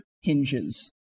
hinges